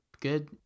good